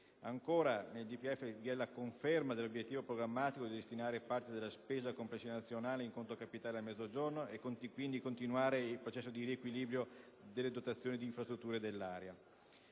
coesione. Conferma l'obiettivo programmatico di destinare parte della spesa complessiva nazionale in conto capitale al Mezzogiorno e di continuare il processo di riequilibrio delle dotazioni di infrastrutture dell'area.